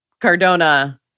Cardona